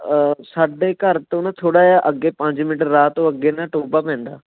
ਸਾਡੇ ਘਰ ਤੋਂ ਨਾ ਥੋੜ੍ਹਾ ਜਿਹਾ ਅੱਗੇ ਪੰਜ ਮਿੰਟ ਰਾਹ ਤੋਂ ਅੱਗੇ ਨਾ ਟੋਬਾ ਪੈਂਦਾ